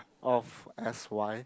of S_Y